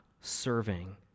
serving